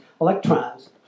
electrons